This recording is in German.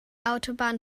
autobahn